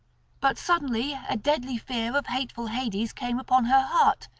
but suddenly a deadly fear of hateful hades came upon her heart.